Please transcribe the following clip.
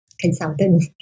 consultant